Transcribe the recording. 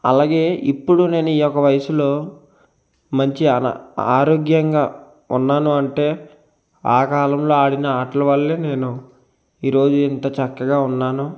అలాగే ఇప్పుడు నేను ఈ యొక్క వయసులో మంచి ఆన ఆరోగ్యంగా ఉన్నాను అంటే ఆ కాలంలో ఆడిన ఆటలు వల్ల నేను ఈ రోజు ఇంత చక్కగా ఉన్నాను